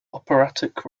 operatic